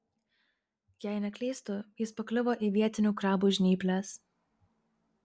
jei neklystu jis pakliuvo į vietinių krabų žnyples